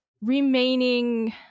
remaining